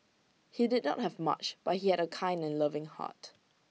he did not have much but he had A kind and loving heart